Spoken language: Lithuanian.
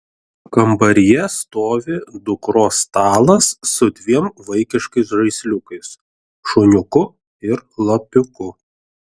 kambaryje stovi dukros stalas su dviem vaikiškais žaisliukais šuniuku ir lapiuku